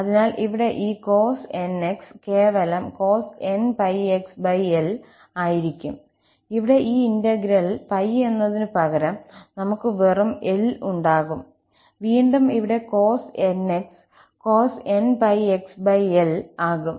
അതിനാൽ ഇവിടെ ഈ cos 𝑛𝑥 കേവലം cos 𝑛𝜋𝑥𝐿 ആയിരിക്കും ഇവിടെ ഈ ഇന്റഗ്രൽ 𝜋 എന്നതിനുപകരം നമുക്ക് വെറും 𝐿 ഉണ്ടാകും വീണ്ടും ഇവിടെ cos 𝑛𝑥 cos 𝑛𝜋𝑥𝐿 ആകും